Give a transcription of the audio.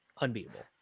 unbeatable